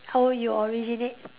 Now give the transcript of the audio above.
how you originate